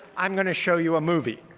i'm going to show you a movie.